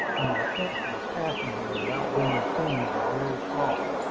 and my chances of passing him without being seen were very small.